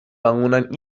bangunan